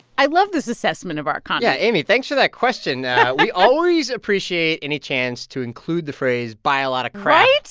i love this assessment of our economy yeah. amy, thanks for that question we always appreciate any chance to include the phrase, buy a lot of crap. right.